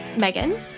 Megan